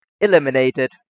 eliminated